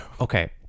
Okay